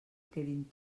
quedin